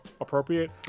appropriate